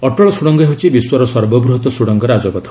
ଅଟଳ ସୁଡ଼ଙ୍ଗ ହେଉଛି ବିଶ୍ୱର ସର୍ବବୃହତ ସୁଡ଼ଙ୍ଗ ରାଜପଥ